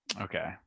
okay